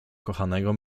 kochanego